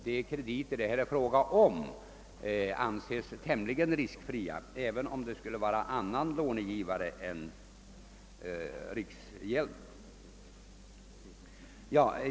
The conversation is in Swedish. De krediter det här är fråga om anses väl ändå tämligen riskfria, och kan intressera andra långivare än riksgäldskontoret.